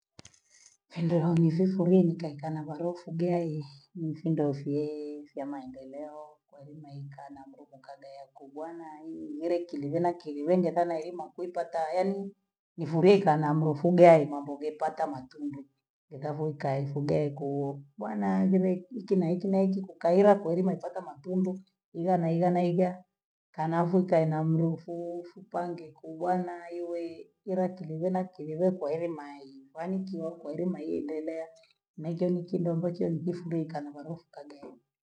Hendo ha nisufuria nkaeka nabaro nfugayi, nifunge fyee fya maendeleo kweili maika namlukukaga ya kujanani, nile kilibena kiliwende kama hii mafwitataa yaani nifurika na mlufugayi na mboge tata matundu, hekavo ika haefogaye kuu bana aimbile hiki na hiki na hichi kukaila kulima chi hata matundu ila naila nivya kanafrika inamrufuu fupange kubhaa na iwe ila kilibhona kiliwekwa eremayi yanikiwakwa eremayi endelea na hicho ni kindoko cha mkusudiye kangarofu kagayi.